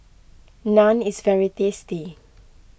Naan is very tasty